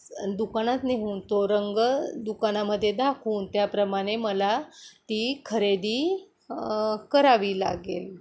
दुकानात नेऊन तो रंग दुकानामध्ये दाखवून त्याप्रमाणे मला ती खरेदी करावी लागेल